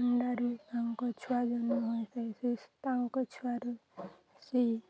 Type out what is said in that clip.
ଅଣ୍ଡାରୁ ତାଙ୍କ ଛୁଆ ଜନ୍ମ ହୋଇଥାଏ ସେ ତାଙ୍କ ଛୁଆାରୁ ସେଇ